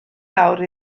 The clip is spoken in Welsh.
lawr